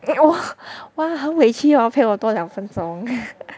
oh !wah! 很委屈 oh 陪我多两分钟